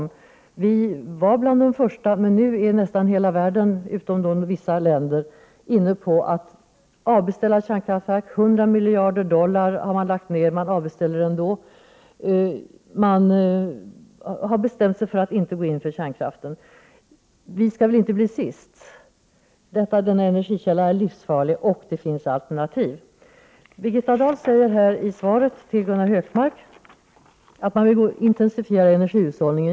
Sverige var bland de första, men nu är nästan alla länder i världen utom vissa inställda på att avbeställa kärnkraftverk. 100 miljarder dollar har lagts ned på kärnkraftverk, men kärnkraftverk avbeställs ändå. Man har bestämt sig för att inte gå in för kärnkraft. Sverige skall väl inte bli sist? Denna energikälla är livsfarlig, och det finns alternativ. Birgitta Dahl säger i svaret till Gunnar Hökmark att man vill intensifiera energihushållningen.